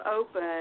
open